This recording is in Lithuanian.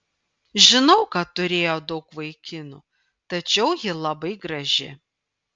žinau kad turėjo daug vaikinų tačiau ji labai graži